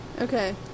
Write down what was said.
Okay